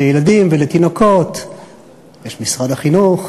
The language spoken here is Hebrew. לילדים ולתינוקות יש משרד החינוך,